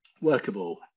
workable